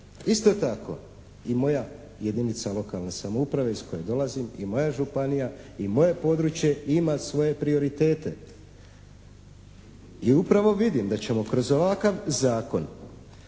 Isto tako i moja jedinica lokalne samouprave iz koje dolazim i moja županija i moje područje ima svoje prioritete. I upravo vidim da ćemo kroz ovakav zakon,